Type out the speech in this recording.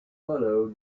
follow